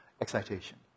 excitation